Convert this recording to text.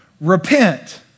repent